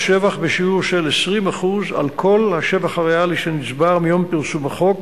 שבח בשיעור של 20% על כל השבח הריאלי שנצבר מיום פרסום החוק,